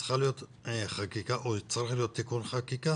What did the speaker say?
צריך להיות תיקון חקיקה